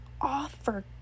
offer